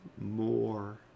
more